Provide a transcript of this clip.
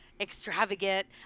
extravagant